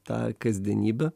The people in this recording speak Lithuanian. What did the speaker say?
tą kasdienybę